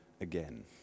again